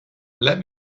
let